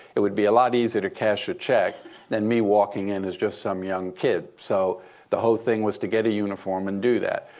it would be a lot easier to cash a check than me walking in as just some young kid. so the whole thing was to get a uniform and do that.